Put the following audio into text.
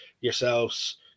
yourselves